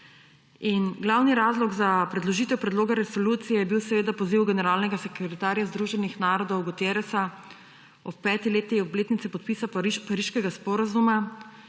In glavni razlog za predložitev predloga resolucije je bil poziv generalnega sekretarja Združenih narodov Guterresa ob 5. obletnici podpisa pariškega sporazuma,